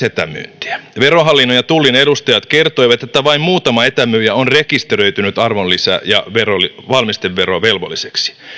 etämyyntiä verohallinnon ja tullin edustajat kertoivat että vain muutama etämyyjä on rekisteröitynyt arvonlisä ja valmisteverovelvolliseksi